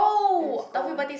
and it's gone